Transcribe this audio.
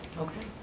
okay.